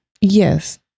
yes